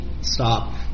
stop